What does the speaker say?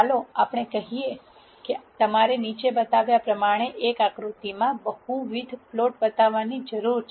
ચાલો આપણે કહીએ કે તમારે નીચે બતાવ્યા પ્રમાણે એક આકૃતિમાં બહુવિધ પ્લોટ બતાવવાની જરૂર છે